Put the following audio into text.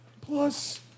plus